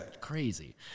Crazy